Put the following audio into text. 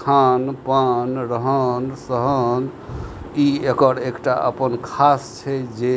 खान पान रहन सहन ई एकर एकटा अपन खास छै जे